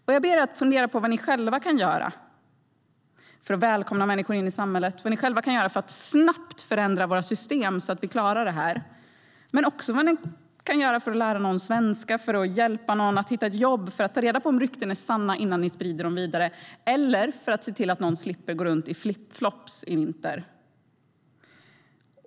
Jag ber er också att fundera på vad ni själva kan göra för att välkomna människor in i samhället och för att snabbt förändra våra system, så att vi klarar det här. Jag ber er fundera på vad ni kan göra för att lära någon svenska, för att hjälpa någon att hitta ett jobb, för att ta reda på om rykten är sanna innan ni sprider dem vidare eller för att se till att någon slipper gå runt i flip-flops i vinter.